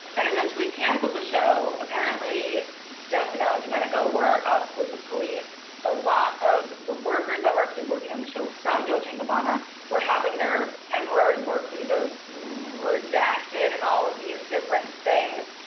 and essentially cancelled the show apparently stefano and domenico were up with the police. a lot of the workers that were actually working on the show from dolce and gabbana were having their temporary work visas redacted and all of these different things.